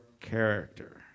character